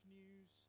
news